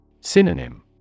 Synonym